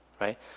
Right